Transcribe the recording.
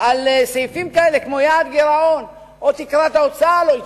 על סעיפים כאלה כמו יעד גירעון או תקרת ההוצאה לא יתקיימו.